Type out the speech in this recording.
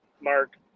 mark